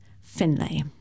Finlay